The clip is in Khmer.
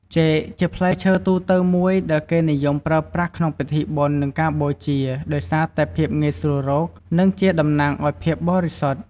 ចេក ជាផ្លែឈើទូទៅមួយដែលគេនិយមប្រើប្រាស់ក្នុងពិធីបុណ្យ និងការបូជា ដោយសារតែភាពងាយស្រួលរក និងជាតំណាងឱ្យភាពបរិសុទ្ធ។